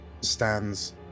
stands